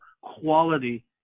quality